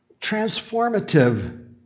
transformative